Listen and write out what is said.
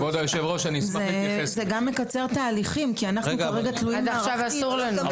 זה גם מקצר תהליכים, כי אנחנו כרגע תלויים במערכת